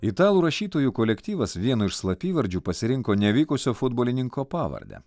italų rašytojų kolektyvas vienu iš slapyvardžiu pasirinko nevykusio futbolininko pavardę